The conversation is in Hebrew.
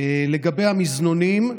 לגבי המזנונים,